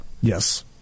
Yes